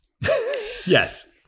Yes